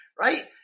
Right